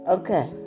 okay